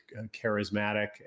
charismatic